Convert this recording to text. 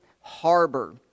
harbor